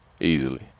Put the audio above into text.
easily